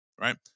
right